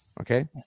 Okay